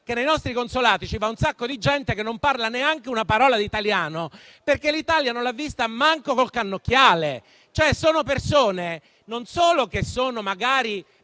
che nei nostri consolati va molta gente che non parla neanche una parola di italiano, perché l'Italia non l'ha vista manco col cannocchiale. Si tratta di persone che sono non solo magari